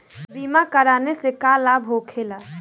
बीमा कराने से का लाभ होखेला?